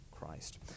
Christ